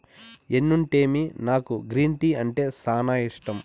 ఎన్నుంటేమి నాకు green tea అంటే సానా ఇష్టం